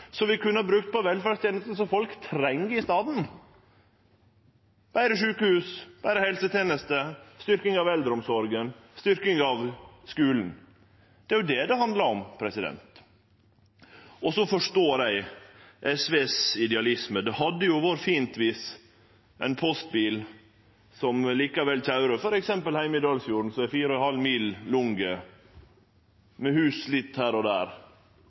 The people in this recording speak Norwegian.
vi i staden kunne ha brukt på velferdstenester som folk treng: betre sjukehus, betre helsetenester, styrking av eldreomsorga og styrking av skulen. Det er det det handlar om. Eg forstår SVs idealisme: Det hadde jo vore fint om ein postbil som likevel køyrte, f.eks. heime i Dalsfjorden, som er 4,5 mil lang, med hus litt her og der,